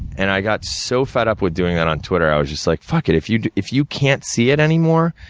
and, i got so fed up with doing it on twitter, i was just like, fuck it, if you if you can't see it anymore,